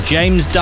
James